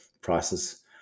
prices